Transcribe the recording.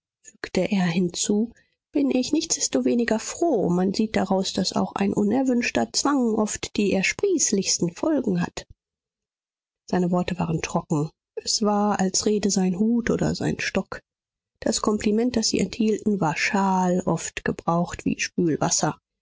fügte er hinzu bin ich nichtsdestoweniger froh man sieht daraus daß auch ein unerwünschter zwang oft die ersprießlichsten folgen hat seine worte waren trocken es war als rede sein hut oder sein stock das kompliment das sie enthielten war schal oft gebraucht wie